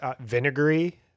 vinegary